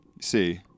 See